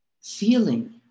feeling